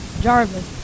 Jarvis